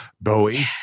Bowie